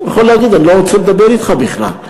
הוא יכול להגיד: אני לא רוצה לדבר אתך בכלל.